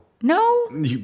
No